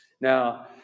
Now